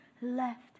left